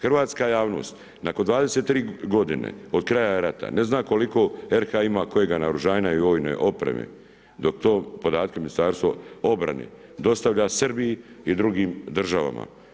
Hrvatska javnost nakon 23 godine od kraja rata ne zna koliko RH ima kojega naoružanja i vojne opreme, dok te podatke Ministarstvo obrane dostavlja Srbiji i drugim državama.